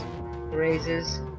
Raises